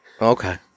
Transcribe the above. Okay